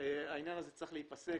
העניין הזה צריך להיפסק.